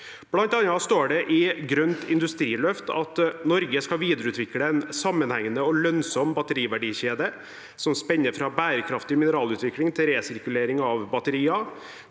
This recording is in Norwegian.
Blant annet står det i Grønt industriløft at Norge skal videreutvikle en sammenhengende og lønnsom batteriverdikjede, som spenner fra bærekraftig mineralutvikling til resirkulering av batterier.